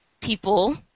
people